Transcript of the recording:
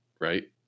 Right